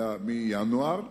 מינואר,